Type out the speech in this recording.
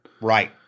Right